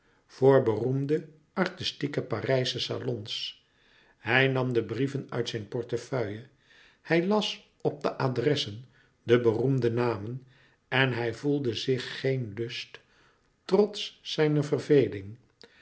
voor beroemde artistieke parijsche salons hij nam de brieven uit zijn portefeuille hij las op de adressen de beroemde namen en hij voelde zich geen lust trots zijne verveling